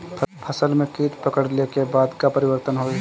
फसल में कीट पकड़ ले के बाद का परिवर्तन होई?